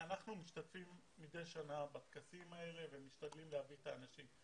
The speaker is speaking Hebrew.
אנחנו משתתפים מדי שנה בטקסים האלה ומשתדלים להביא את האנשים.